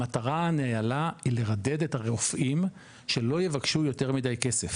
המטרה הנעלה היא לרדד את הרופאים שלא יבקשו יותר מידי כסף.